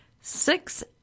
six